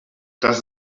does